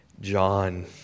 John